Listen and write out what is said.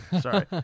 Sorry